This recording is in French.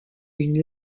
une